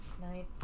Nice